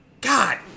God